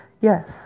yes